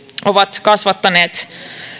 ovat kasvattaneet